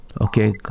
okay